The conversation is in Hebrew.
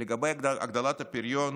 לגבי הגדלת הפריון,